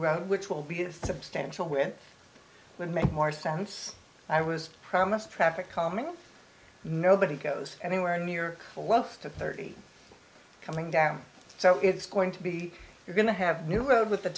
road which will be substantial with the make more sense i was promised traffic calming nobody goes anywhere near to thirty coming down so it's going to be you're going to have new road with the